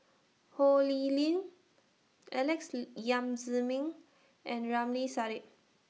Ho Lee Ling Alex Yam Ziming and Ramli Sarip